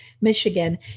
Michigan